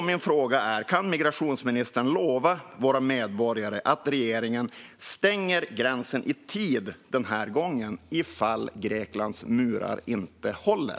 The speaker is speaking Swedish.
Min fråga är: Kan migrationsministern lova våra medborgare att regeringen stänger gränsen i tid den här gången, ifall Greklands murar inte håller?